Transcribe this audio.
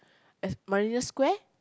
at Marina-Square